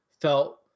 felt